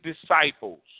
disciples